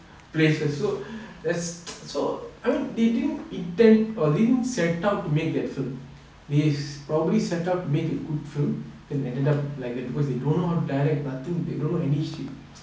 place err so that's so I mean they didn't intend or didn't set out to make that film they probably set up to make a good film then ended up like that because they don't know how to direct nothing they don't know any shit